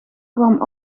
kwam